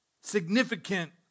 significant